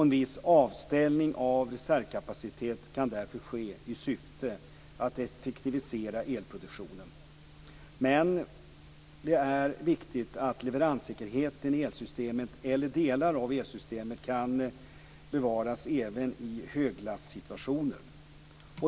En viss avställning av reservkapacitet kan därför ske i syfte att effektivisera elproduktionen. Men det är viktigt att leveranssäkerheten i elsystemet - eller delar av elsystemet - kan bevaras även i höglastsituationer.